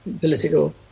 political